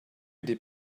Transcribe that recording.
des